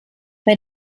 bei